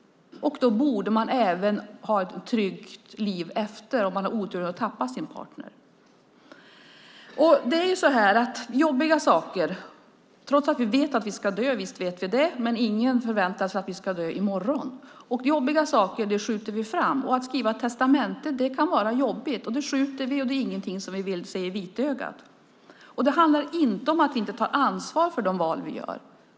Om man då har oturen att mista sin partner borde man ha rätten till ett tryggt liv. Trots att vi vet att vi ska dö, visst vet vi det, förväntar sig ingen att vi ska dö i morgon. Jobbiga saker skjuter man fram. Att skriva testamente kan vara jobbigt. Det skjuter vi på och är det ingenting som vi vill ta tag i. Det handlar inte om att vi inte tar ansvar för de val vi gör.